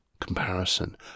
comparison